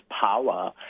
power